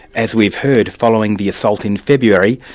as we've heard, following the assault in february,